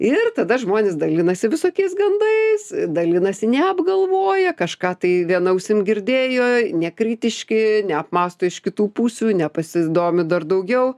ir tada žmonės dalinasi visokiais gandais dalinasi neapgalvoję kažką tai viena ausim girdėjo nekritiški neapmąsto iš kitų pusių nepasidomi dar daugiau